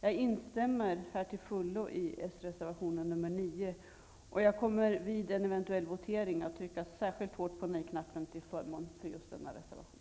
Jag instämmer till fullo i den socialdemokratiska reservationen nr 9. Vid en eventuell votering kommer jag att trycka särskilt hårt på nejknappen till förmån för just denna reservation.